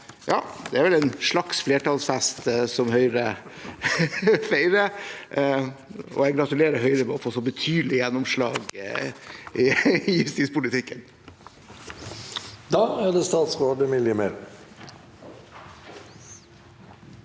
Det er vel en slags flertallsfest Høyre feirer. Jeg gratulerer Høyre med å få så betydelig gjennomslag i justispolitikken. Statsråd Emilie Mehl